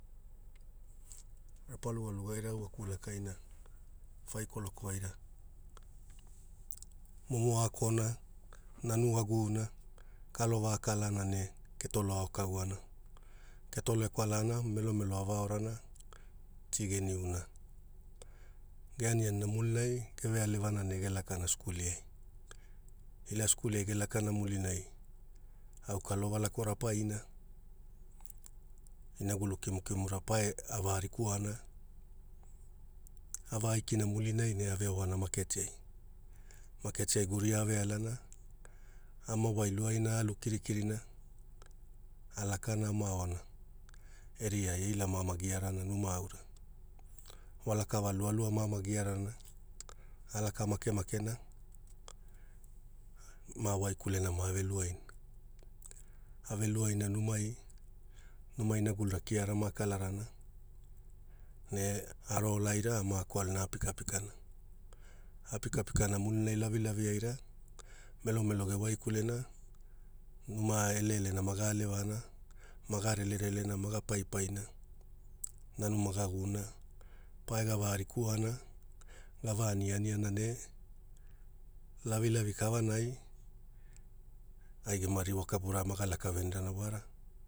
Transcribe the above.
Rapa lugaluga irau a kulakaina fai kolokuaira momo akokona nanu aguuna kalova akalana ne ketolo ao kauna ketolo e kwalaana melomelo avaorana ti ge niuna ge anina mulinai geve alevana ne ge lakana skuliai ila skuliai gelakana mulinai au kalova lakora a paina inagulu kimukimura pae ava rikuana ava aikina mulina ne aveona maketi ai maketi ai guria ave alana ama wailuaina alu kirikirina alakana amaoana eriai eila maama giarana numa aurawalakava lualua maama giarana a laka makemakena ma waikulena mave luaina ave luaina numai numa inagulura kiara ma kalarana ne aro ola aira amako alina a pikapikana apikapikana mulinai lavilavi aira melomelo gewaikulena numa ele elena maga alevana maga rele relenamaga paipaina nanu maga guuna pae gava rikuana gava aniani ana ne lavilavi kavanai ai gema ririwa kapura maga laka venirana wara